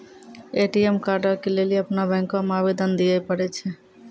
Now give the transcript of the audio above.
ATM कार्डो के लेली अपनो बैंको मे आवेदन दिये पड़ै छै